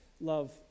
love